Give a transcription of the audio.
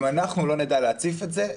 ואם אנחנו לא נדע להציף את זה,